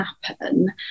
happen